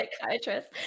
psychiatrist